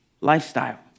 lifestyle